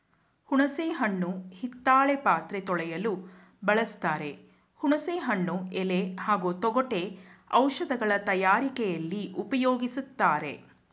ಹುಣಸೆ ಹಣ್ಣು ಹಿತ್ತಾಳೆ ಪಾತ್ರೆ ತೊಳೆಯಲು ಬಳಸ್ತಾರೆ ಹುಣಸೆ ಹಣ್ಣು ಎಲೆ ಹಾಗೂ ತೊಗಟೆ ಔಷಧಗಳ ತಯಾರಿಕೆಲಿ ಉಪ್ಯೋಗಿಸ್ತಾರೆ